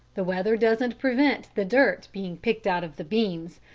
the weather doesn't prevent the dirt being picked out of the beans.